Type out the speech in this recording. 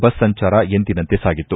bus ಸಂಚಾರ ಎಂದಿನಂತೆ ಸಾಗಿತ್ತು